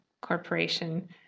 corporation